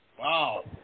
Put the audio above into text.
Wow